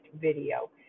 video